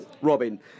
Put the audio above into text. Robin